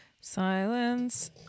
Silence